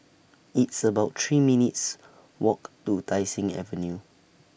It's about three minutes' Walk to Tai Seng Avenue